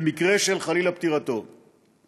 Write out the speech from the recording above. במקרה של פטירתו, חלילה.